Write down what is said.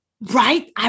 right